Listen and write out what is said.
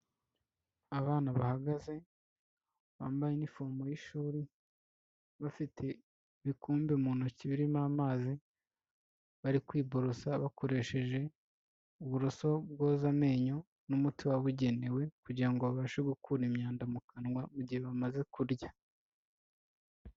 Abana bahagaze bambaye inifomo y'ishuri, bafite ibikombe mu ntoki birimo amazi, bari kwiborosa bakoresheje uburoso bwoza amenyo n'umuti wabugenewe kugira ngo babashe gukura imyanda mu kanwa mu gihe bamaze kurya.